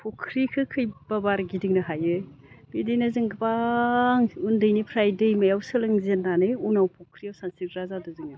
फख्रिखौ खैबाबार गिदिंनो हायो बिदिनो जों गोबां उन्दैनिफ्राय दैमायाव सोलोंजेननानै उनाव फख्रियाव सानस्रिग्रा जादों जोङो